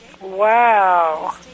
Wow